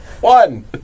One